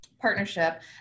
partnership